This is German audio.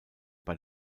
bei